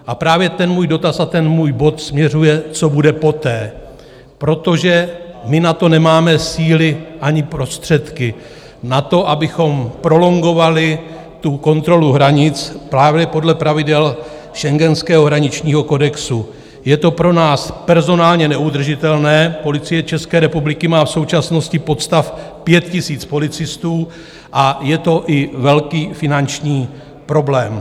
A právě můj dotaz a můj bod směřuje, co bude poté, protože my na to nemáme síly ani prostředky, na to, abychom prolongovali kontrolu hranic právě podle pravidel Schengenského hraničního kodexu, je to pro nás personálně neudržitelné, Policie České republiky má v současnosti podstav 5 000 policistů, a je to i velký finanční problém.